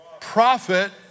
Prophet